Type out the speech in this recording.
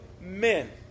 men